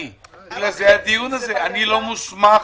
אני לא מוסמך.